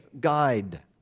guide